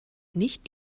nicht